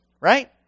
right